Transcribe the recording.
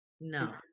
No